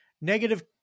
negative